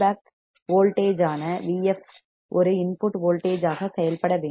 எனவே feedback voltage ஆன Vf ஒரு இன்புட் வோல்டேஜ் ஆக செயல்பட வேண்டும்